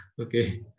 Okay